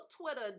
Twitter